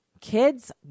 Kids